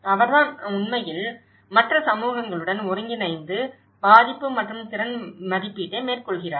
அவர் தான் உண்மையில் மற்ற சமூகங்களுடன் ஒருங்கிணைந்து பாதிப்பு மற்றும் திறன் மதிப்பீட்டை மேற்கொள்கிறார்